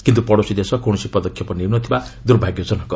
କିନ୍ତୁ ପଡ଼ୋଶୀ ଦେଶ କୌଣସି ପଦକ୍ଷେପ ନେଉନଥିବା ଦୁର୍ଭାଗ୍ୟ ଜନକ